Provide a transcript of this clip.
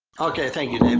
ok. thank you, david.